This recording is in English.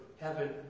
Heaven